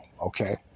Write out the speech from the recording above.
Okay